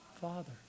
Father